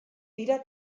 dira